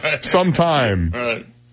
Sometime